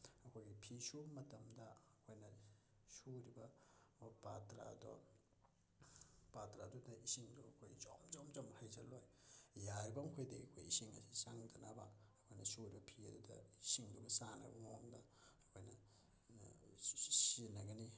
ꯑꯩꯈꯣꯏꯒꯤ ꯐꯤ ꯁꯨꯕ ꯃꯇꯝꯗ ꯑꯩꯈꯣꯏꯅ ꯁꯨꯔꯤꯕ ꯄꯥꯇ꯭ꯔ ꯑꯗꯣ ꯄꯥꯇ꯭ꯔ ꯑꯗꯨꯗ ꯏꯁꯤꯡꯗꯣ ꯑꯩꯈꯣꯏ ꯖꯣꯝ ꯖꯣꯝ ꯖꯣꯝ ꯍꯩꯖꯜꯂꯣꯏ ꯌꯥꯔꯤꯕꯃꯈꯩꯗꯤ ꯑꯩꯈꯣꯏ ꯏꯁꯤꯡ ꯑꯁꯤ ꯆꯪꯗꯅꯕ ꯑꯩꯈꯣꯏꯅ ꯁꯨꯔꯤꯕ ꯐꯤ ꯑꯗꯨꯗ ꯏꯁꯤꯡꯗꯨꯒ ꯆꯥꯅꯕ ꯃꯑꯣꯡꯗ ꯑꯩꯈꯣꯏꯅ ꯁꯤꯖꯤꯟꯅꯒꯅꯤ